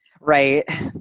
right